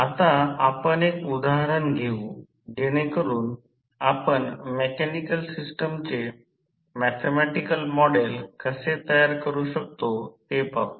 आता आपण एक उदाहरण घेऊ जेणेकरुन आपण मेकॅनिकल सिस्टमचे मॅथॅमॅटिकल मॉडेल कसे तयार करू शकतो ते पाहू